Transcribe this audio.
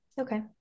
okay